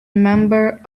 member